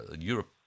Europe